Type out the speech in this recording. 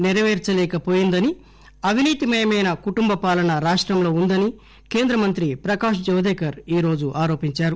నెరవేర్సలేకవోయిందని అవినీతిమయమైన కుటుంబ పాలన రాష్టంలో జరుగుతోందని కేంద్ర మంత్రి ప్రకాశ్ జవదేకర్ ఈరోజు ఆరోపించారు